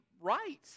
right